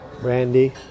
brandy